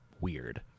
weird